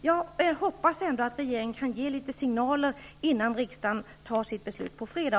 Jag hoppas att regeringen kan ge signaler angående studiestöden, innan riksdagen fattar beslut på fredag.